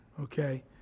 okay